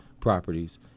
properties